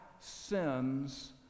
Sins